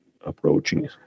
approaching